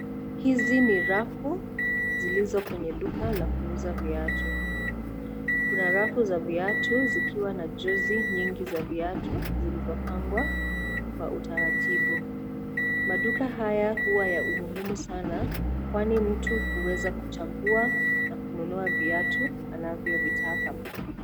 Hizi ni rafu zilizo kwenye duka la kuuza viatu. Kuna rafu za viatu zikiwa na jozi nyingi za viatu vilivyopangwa kwa utaratibu. Maduka haya huwa ya umuhimu sana kwani mtu huweza kuchagua na kununua viatu anavyovitaka.